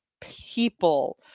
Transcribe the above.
people